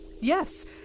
Yes